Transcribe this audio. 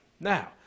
Now